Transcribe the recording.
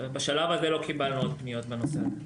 בשלב הזה לא קיבלנו עוד פניות בנושא הזה,